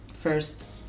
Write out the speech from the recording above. first